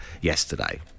yesterday